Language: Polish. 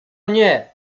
nie